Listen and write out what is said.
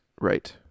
right